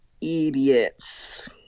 idiots